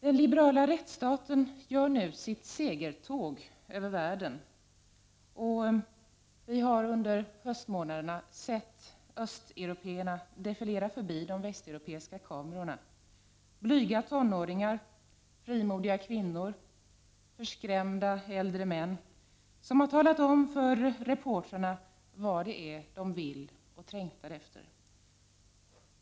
Den liberala rättsstaten gör nu sitt segertåg över världen, och vi har under höstmånaderna sett östeuropéerna defilera förbi de västeuropeiska kamerorna — blyga tonåringar, frimodiga kvinnor, förskrämda äldre män, som har talat om för reportrarna vad det är de vill och trängtar efter.